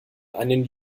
einen